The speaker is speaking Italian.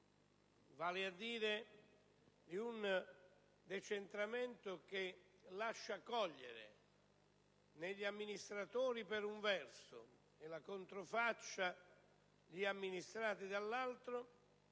vale a dire di un decentramento che lascia cogliere negli amministratori, per un verso, e negli amministrati, dall'altro,